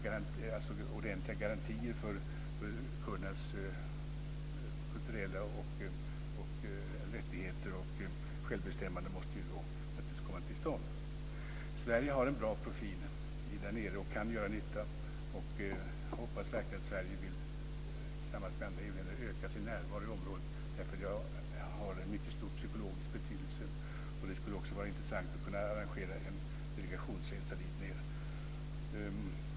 Och ordentliga garantier för kurdernas kulturella rättigheter och självbestämmande måste då naturligtvis komma till stånd. Sverige har en bra profil där nere och kan göra nytta. Jag hoppas verkligen att Sverige, tillsammans med andra EU-länder, vill öka sin närvaro i området. Det har nämligen en mycket stor psykologisk betydelse. Det skulle också vara intressant att arrangera en delegationsresa dit ned.